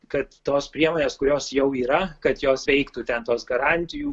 kad tos priemonės kurios jau yra kad jos veiktų ten tos garantijų